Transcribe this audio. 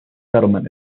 settlement